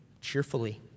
cheerfully